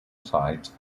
sides